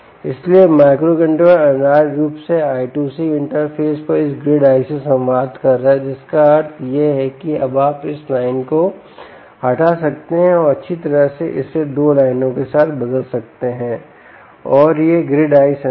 इसलिए यह माइक्रोकंट्रोलर अनिवार्य रूप से I2C इंटरफ़ेस पर इस ग्रिड EYE से संवाद कर रहा है जिसका अर्थ यह है कि आप अब इस लाइन को हटा सकते हैं और अच्छी तरह से इसे 2 लाइनों के साथ बदल सकते हैं और यह ग्रिड EYE सेंसर है